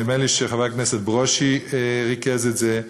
נדמה לי שחבר הכנסת ברושי ריכז את זה,